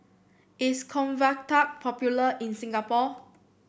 is Convatec popular in Singapore